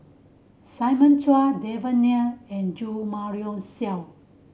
Simon Chua Devan Nair and Jo Marion Seow